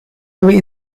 away